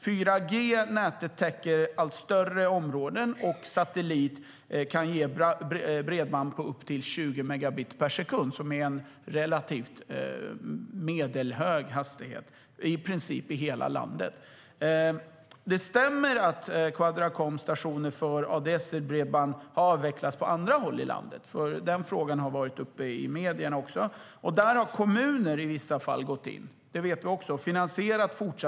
4G-nätet täcker allt större områden, och satellit kan ge bredband på upp till 20 megabit per sekund, vilket är en medelhög hastighet, i princip i hela landet. Det stämmer att Quadracoms stationer för ADSL-bredband avvecklas på andra håll i landet. Den frågan har också varit uppe i medierna. I vissa fall har kommuner gått in och finansierat fortsatt drift. Det vet Anders Ahlgren också.